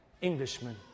Englishman